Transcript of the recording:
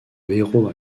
héros